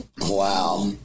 Wow